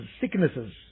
Sicknesses